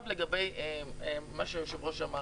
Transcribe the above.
לגבי מה שהיושב-ראש אמר